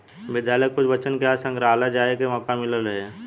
विद्यालय के कुछ बच्चन के आज संग्रहालय जाए के मोका मिलल रहे